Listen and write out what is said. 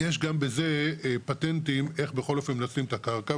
יש גם בזה יש פטנטים איך בכל זאת מנצלים את הקרקע,